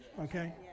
okay